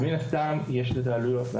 ומן הסתם יש לזה עלויות,